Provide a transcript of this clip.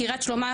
קריית שמונה,